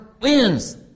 wins